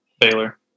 Baylor